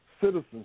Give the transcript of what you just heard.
citizenship